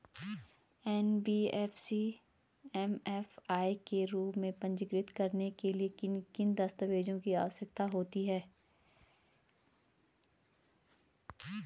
NBFC MFI के रूप में पंजीकृत कराने के लिए किन किन दस्तावेज़ों की आवश्यकता होती है?